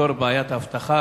לפתור את בעיית האבטחה,